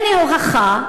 הנה הוכחה: